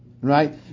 Right